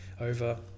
over